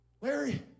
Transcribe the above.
Larry